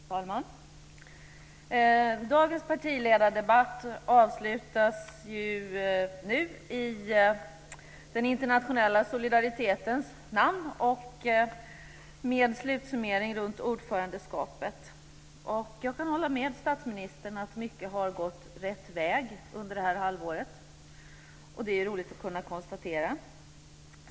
Herr talman! Dagens partiledardebatt avslutas nu i den internationella solidaritetens namn med en slutsummering av ordförandeskapet. Jag kan hålla med statsministern om att mycket har gått rätt väg under det här halvåret. Det är roligt att kunna konstatera det.